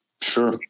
Sure